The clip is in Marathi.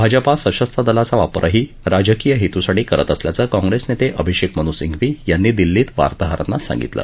भाजपा सशस्रदलाचा वापरही राजकीय हेतूसाठी करत असल्याचं काँप्रेस नेते अभिषेक मनु सिघंवी यांनी दिल्लीत वार्ताहरांना सांगितलं